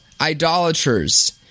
idolaters